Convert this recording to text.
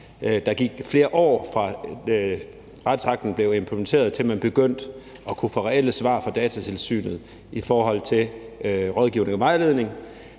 Der gik flere år, fra retsakten blev implementeret, til at man begyndt at kunne få reelle svar fra Datatilsynet i forhold til rådgivning og vejledning.